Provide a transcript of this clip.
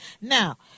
Now